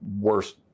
worst